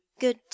good